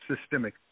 systemic